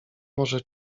może